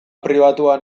pribatuan